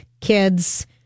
kids